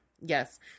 Yes